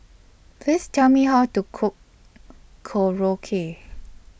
Please Tell Me How to Cook Korokke